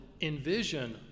envision